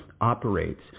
operates